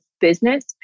business